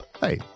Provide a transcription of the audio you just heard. Hey